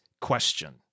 question